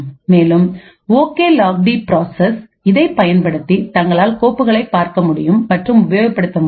மேலும் okay log the parses இதைப் பயன்படுத்தி தங்களால் கோப்புகளை பார்க்க முடியும் மற்றும் உபயோகப்படுத்த முடியும்